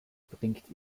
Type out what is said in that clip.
bringt